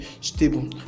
stable